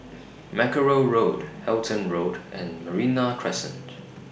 Mackerrow Road Halton Road and Merino Crescent